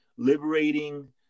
liberating